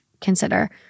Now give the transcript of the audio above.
consider